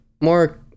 more